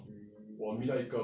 mm